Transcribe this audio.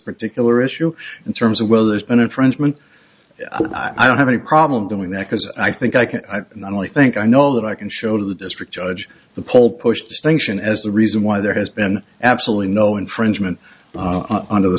particular issue in terms of well there's been infringement i don't have any problem doing that because i think i can not only think i know that i can show to the district judge the poll push distinction as the reason why there has been absolutely no infringement under the